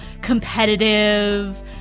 competitive